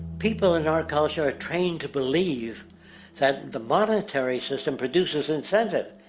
people in our culture are trained to believe that the monetary system produces incentive.